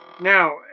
Now